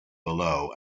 below